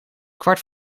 kwart